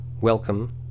Welcome